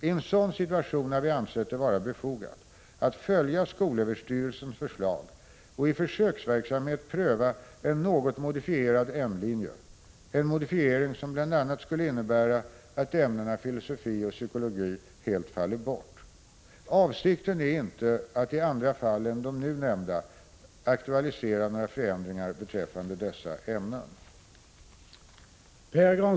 I en sådan situation har vi ansett det vara befogat att följa skolöverstyrelsens förslag och i försöksverksamhet pröva en något modifierad N-linje, en modifiering som bl.a. skulle innebära att ämnena filosofi och psykologi helt faller bort. Avsikten är inte att i andra fall än de nu nämnda aktualisera några förändringar beträffande dessa ämnen.